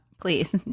Please